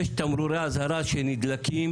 יש תמרורי אזהרה שנדלקים